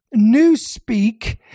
newspeak